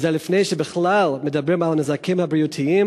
וזה לפני שבכלל מדברים על הנזקים הבריאותיים